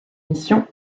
missions